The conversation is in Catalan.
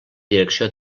direcció